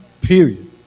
period